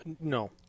No